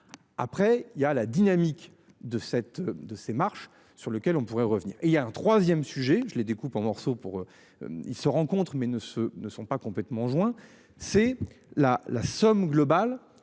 Après il y a la dynamique de cette de ces marches sur lequel on pourrait revenir et il y a un 3ème sujet je les découpe en morceaux pour. Ils se rencontrent, mais ne ce ne sont pas complètement joint c'est la la somme globale